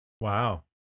wow